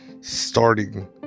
starting